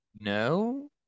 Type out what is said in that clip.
No